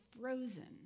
frozen